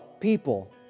people